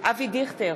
אבי דיכטר,